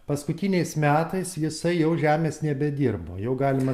paskutiniais metais jisai jau žemės nebedirbo jau galima